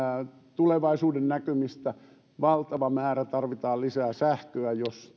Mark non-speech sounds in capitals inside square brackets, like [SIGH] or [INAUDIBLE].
tulevaisuudennäkymistä valtava määrä tarvitaan lisää sähköä jos [UNINTELLIGIBLE]